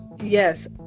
yes